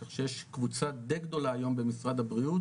כך שיש קבוצה די גדולה היום במשרד הבריאות,